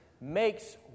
makes